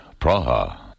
Praha